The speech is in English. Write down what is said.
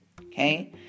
Okay